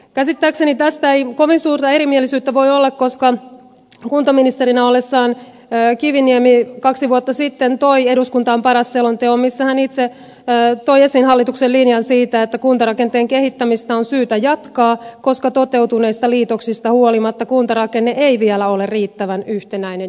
käsittääkseni tästä ei kovin suurta erimielisyyttä voi olla koska kuntaministerinä ollessaan kiviniemi kaksi vuotta sitten toi eduskuntaan paras selonteon missä hän itse toi esiin hallituksen linjan siitä että kuntarakenteen kehittämistä on syytä jatkaa koska toteutuneista liitoksista huolimatta kuntarakenne ei vielä ole riittävän yhtenäinen ja kestävä